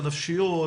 הנפשיות,